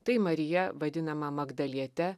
tai marija vadinama magdaliete